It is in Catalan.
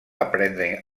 aprendre